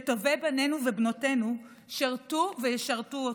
שטובי בנינו ובנותינו שירתו וישרתו אותה,